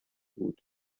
بود